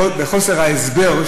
וחוסר ההסבר,